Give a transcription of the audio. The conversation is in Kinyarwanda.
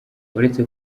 uretse